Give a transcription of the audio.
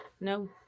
No